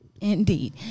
Indeed